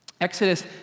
Exodus